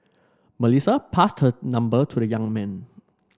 Melissa passed her number to the young man